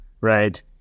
right